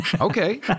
Okay